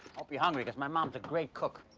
hope you're hungry, cause my mom's a great cook.